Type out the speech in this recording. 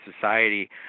society